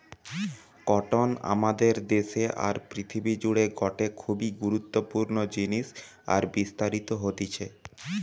cotton আমাদের দেশে আর পৃথিবী জুড়ে গটে খুবই গুরুত্বপূর্ণ জিনিস আর বিস্তারিত হতিছে